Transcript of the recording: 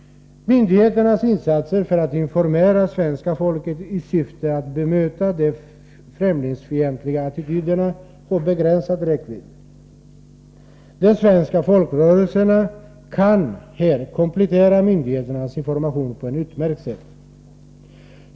Myndigheternas insatser för att informera svenska folket i syfte att bemöta de främlingsfientliga attityderna har begränsad räckvidd. De svenska folkrörelserna kan här komplettera myndigheternas information på ett utmärkt sätt.